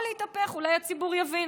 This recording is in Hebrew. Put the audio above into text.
או להתהפך, אולי הציבור יבין.